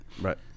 Right